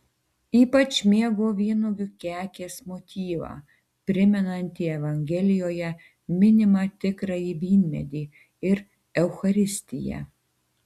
ypač mėgo vynuogių kekės motyvą primenantį evangelijoje minimą tikrąjį vynmedį ir eucharistiją